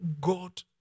God